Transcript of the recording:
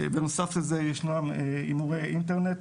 בנוסף לזה ישנם הימורי אינטרנט,